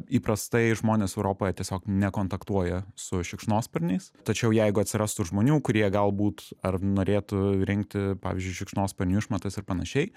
įprastai žmonės europoje tiesiog nekontaktuoja su šikšnosparniais tačiau jeigu atsirastų žmonių kurie galbūt ar norėtų rinkti pavyzdžiui šikšnosparnių išmatas ir panašiai